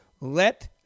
Let